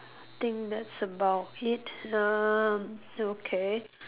think that's about it um okay